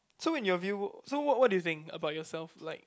so when you're view so what what do you think about yourself like